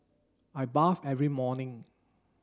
I bath every morning